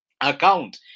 account